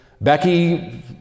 Becky